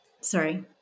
Sorry